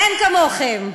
אין כמוכם.